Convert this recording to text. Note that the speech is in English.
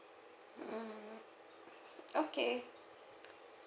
mm okay